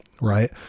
right